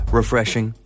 refreshing